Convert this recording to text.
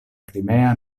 krimea